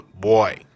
boy